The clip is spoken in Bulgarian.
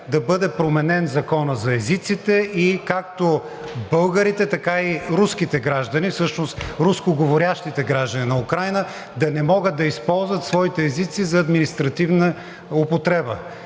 да бъде променен Законът за езиците както за българите, така и за рускоговорящите граждани на Украйна, за да не могат да използват своите езици за административна употреба.